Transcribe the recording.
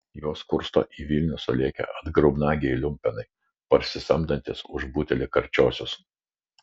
juos kursto į vilnių sulėkę atgrubnagiai liumpenai parsisamdantys už butelį karčiosios